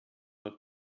noch